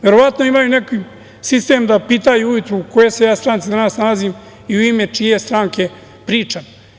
Verovatno imaju neki sistem da pitaju ujutru – u kojoj se ja stranci nalazim i u ime čije stranke pričam?